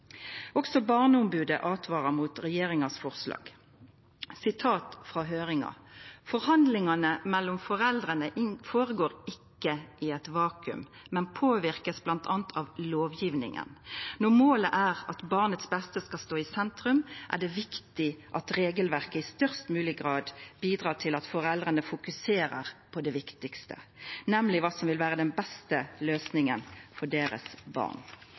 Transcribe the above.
Også Barneombodet åtvarar mot regjeringa sitt forslag. Sitat frå høyringa: «Forhandlingene mellom foreldrene foregår ikke i et vakuum, men påvirkes blant annet av lovgivningen. Når målet er at barnets beste skal stå i sentrum, er det viktig at regelverket i størst mulig grad bidrar til at foreldrene fokuserer på det viktigste – nemlig hva som vil være den beste løsningen for deres barn.